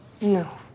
No